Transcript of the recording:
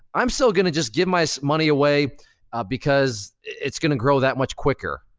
i'm still gonna just give my so money away because it's gonna grow that much quicker.